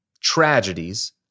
tragedies